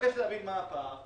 נבקש להבין מה הפער.